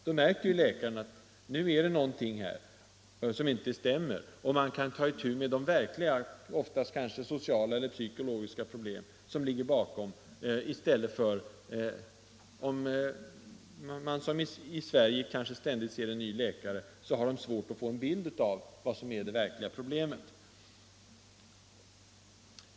Då märker ju läkaren snart att här är någonting som inte stämmer, och han kan då ta itu med de verkliga = ofta kanske sociala eller psykologiska - problem som ligger bakom. Om patienten ständigt kommer till en ny läkare, som man ofta gör här i Sverige, har läkaren svårt att få en riktig bild av vad som är de verkliga orsakerna.